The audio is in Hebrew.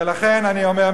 ולכן אני אומר,